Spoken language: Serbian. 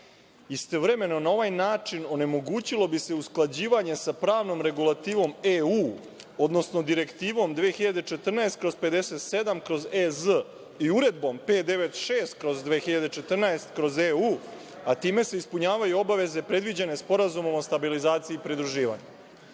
istovremeno na ovaj način onemogućilo bi se usklađivanje sa pravnom regulativom EU, odnosno Direktivom 2014/57/EZ i Uredbom 596/2014/EU, a time se ispunjavaju obaveze predviđene Sporazumom o stabilizaciji i pridruživanju. Eto,